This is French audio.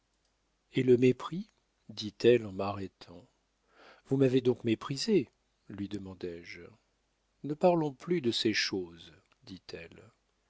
et le mépris dit-elle en m'arrêtant vous m'avez donc méprisé lui demandai-je ne parlons plus de ces choses